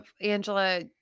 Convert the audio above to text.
Angela